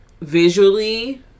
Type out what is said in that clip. visually